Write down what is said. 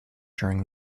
during